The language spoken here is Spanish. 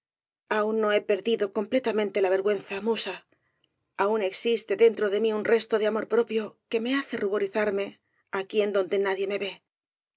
aún no he perdido completamente la vergüenza musa aun existe dentro de mí un resto de amor propio que me hace ruborizarme aquí en donde nadie me ve